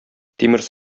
тимер